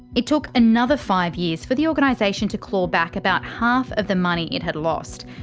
it took another five years for the organisation to claw back about half of the money it had lost.